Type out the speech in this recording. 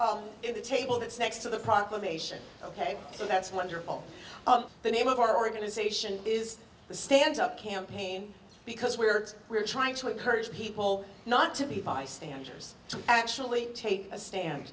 of the table that's next to the proclamation ok so that's wonderful the name of our organization is the stands up campaign because we're we're trying to encourage people not to be bystanders to actually take a stand